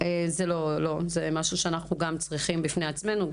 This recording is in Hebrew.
זה משהו שאנחנו גם צריכים בפני עצמנו,